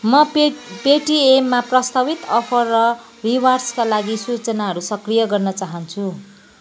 म पे पेटिएममा प्रस्तावित अफर र रिवार्ड्सका लागि सूचनाहरू सक्रिय गर्न चाहन्छु